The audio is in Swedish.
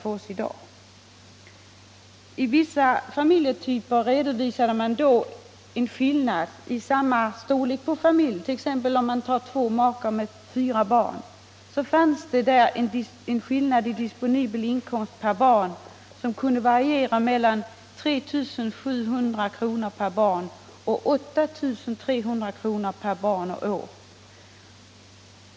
För vissa familjetyper — låt mig som exempel ta familjer bestående av två makar med fyra barn — konstaterades att den disponibla inkomsten per barn och år kunde variera mellan 3 700 och 8 300 kr.